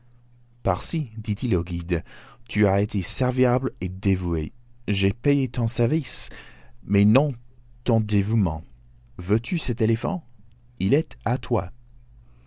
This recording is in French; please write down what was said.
parsi dit-il au guide tu as été serviable et dévoué j'ai payé ton service mais non ton dévouement veux-tu cet éléphant il est à toi